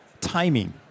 Timing